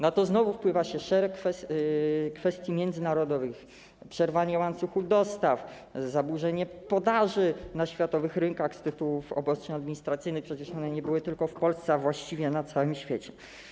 Na to znowu wpływa szereg kwestii międzynarodowych, przerwanie łańcuchów dostaw, zaburzenie podaży na światowych rynkach z tytułów obostrzeń administracyjnych, przecież one były nie tylko w Polsce, ale właściwie na całym świecie.